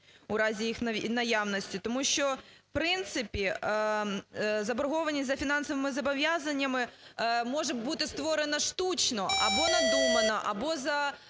у разі їх наявності. Тому що в принципі заборгованість за фінансовими зобов'язаннями може бути створена штучно або надумано, або за,